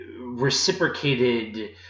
reciprocated